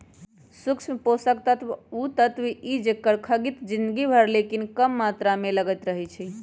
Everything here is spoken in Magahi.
सूक्ष्म पोषक तत्व उ तत्व हइ जेकर खग्गित जिनगी भर लेकिन कम मात्र में लगइत रहै छइ